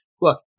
Look